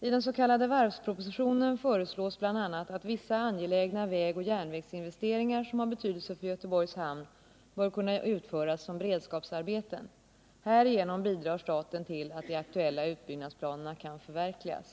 I den s.k. varvspropositionen föreslås bl.a. att vissa angelägna vägoch järnvägsinvesteringar som har betydelse för Göteborgs hamn skall kunna utföras som beredskapsarbeten. Härigenom bidrar staten till att de aktuella utbyggnadsplanerna kan förverkligas.